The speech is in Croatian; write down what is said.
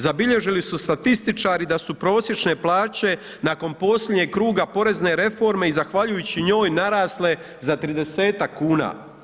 Zabilježili su statističari da su prosječne plaće nakon posljednjeg kruga porezne reforme i zahvaljujući njoj narasle za 30-ak kuna.